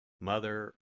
Mother